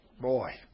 Boy